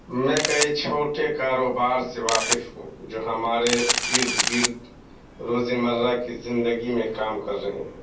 میں کئی چھوٹے کاروبار سے واقف ہوں جو ہمارے ارد گرد روز مرہ کی زندگی میں کام کر رہے ہیں